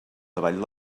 davall